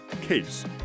Case